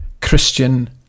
Christian